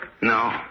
No